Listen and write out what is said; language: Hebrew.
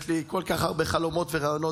יש לי כל כך הרבה חלומות ורעיונות,